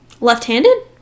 Left-handed